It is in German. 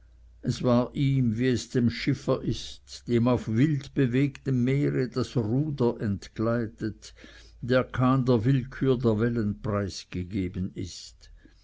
es war ihm wie es dem schiffer ist dem auf wild bewegtem meere das ruder entgleitet der kahn der willkür der wellen preisgegeben ist